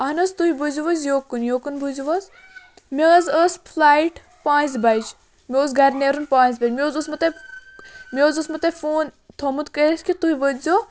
اہن حظ تُہۍ بوٗزِو حظ یوکُن یوکُن بوٗزِو حظ مےٚ حظ ٲس فٕلایِٹ پانٛژھِ بَجہِ مےٚ اوس گَرِ نیرُن پانٛژھِ بَجہِ مےٚ حظ اوسمو تۄہہِ مےٚ حظ اوسمو تۄہہِ فون تھوٚمُت کٔرِتھ کہِ تُہۍ وٲتۍزیو